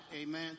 amen